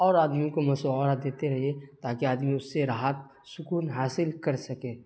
اور آدمی کو مشورہ دیتے رہیے تاکہ آدمی اس سے راحت سکون حاصل کر سکے